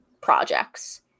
projects